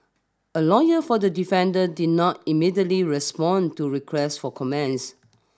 a lawyer for the defendant did not immediately respond to requests for comments